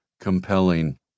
compelling